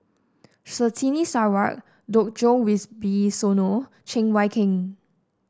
Surtini Sarwan Djoko Wibisono Cheng Wai Keung